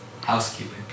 housekeeping